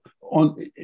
on